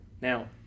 Now